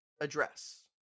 address